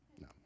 no